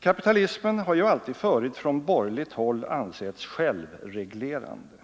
Kapitalismen har ju alltid förut från borgerligt håll ansetts självreglerande.